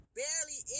barely